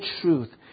truth